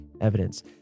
evidence